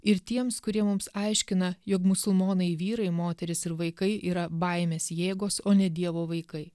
ir tiems kurie mums aiškina jog musulmonai vyrai moterys ir vaikai yra baimės jėgos o ne dievo vaikai